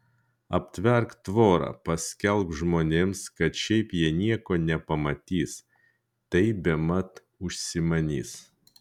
aptverk tvora paskelbk žmonėms kad šiaip jie nieko nepamatys tai bemat užsimanys